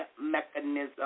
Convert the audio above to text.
mechanism